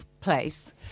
place